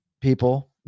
people